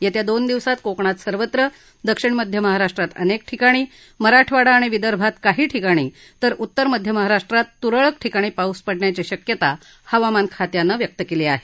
येत्या दोन दिवसात कोकणात सर्वत्र दक्षिण मध्य महाराष्ट्रात अनेक ठिकाणी मराठवाडा आणि विदर्भात काही ठिकाणी तर उत्तर मध्य महाराष्ट्रात तुरळक ठिकाणी पाऊस पडण्याची शक्यता हवामान खात्यानं व्यक्त केली आहे